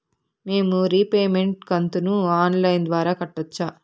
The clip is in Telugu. మేము రీపేమెంట్ కంతును ఆన్ లైను ద్వారా కట్టొచ్చా